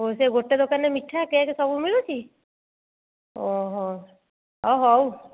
ଓ ସେ ଗୋଟେ ଦୋକାନରେ ମିଠା କେକ୍ ସବୁ ମିଳୁଛି ଓ ହୋ ହଁ ହଉ